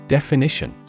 Definition